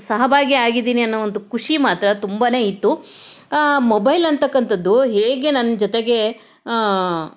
ಸಹಭಾಗಿಯಾಗಿದ್ದೀನಿ ಅನ್ನೋ ಒಂದು ಖುಷಿ ಮಾತ್ರ ತುಂಬಾ ಇತ್ತು ಮೊಬೈಲ್ ಅಂತಕ್ಕಂಥದ್ದು ಹೇಗೆ ನನ್ನ ಜೊತೆಗೆ